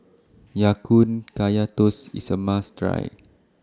Ya Kun Kaya Toast IS A must Try